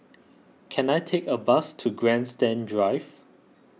can I take a bus to Grandstand Drive